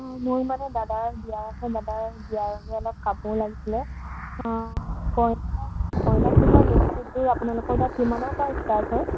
মোৰ মানে দাদাৰ বিয়া আছে দাদাৰ বিয়াৰ অলপ কাপোৰ লাগিছিলে কইনা কইনাক পিন্ধোৱা মেইন ছিটযোৰ আপোনালোকৰ তাত কিমানৰ পৰা ষ্টাৰ্ট হয়